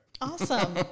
Awesome